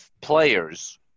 players